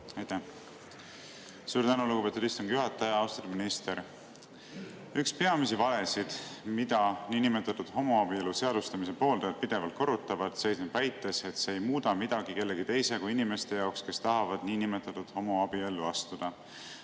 palun! Suur tänu, lugupeetud istungi juhataja! Austatud minister! Üks peamisi valesid, mida niinimetatud homoabielu seadustamise pooldajad pidevalt korrutavad, seisneb väites, et see ei muuda midagi kellegi teise kui [nende] inimeste jaoks, kes tahavad niinimetatud homoabiellu astuda.